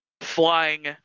flying